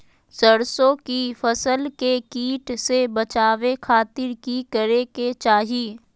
सरसों की फसल के कीट से बचावे खातिर की करे के चाही?